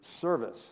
service